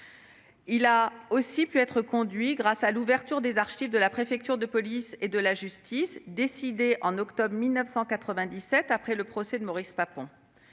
a aussi pu être conduit grâce à l'ouverture des archives de la préfecture de police et de la justice décidée au mois d'octobre 1997 après le procès de Maurice Papon.